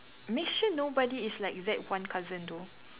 make sure nobody is like that one cousin though